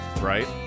right